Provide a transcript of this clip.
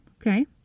okay